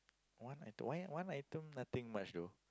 one item one one item nothing much though